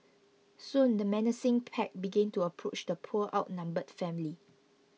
soon the menacing pack began to approach the poor outnumbered family